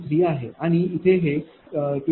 113 आहे आणि येथे हे 28